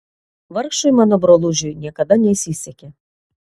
vargšui mano brolužiui niekada nesisekė